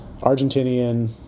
Argentinian